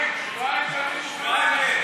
היא מוכנה שבועיים.